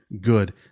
Good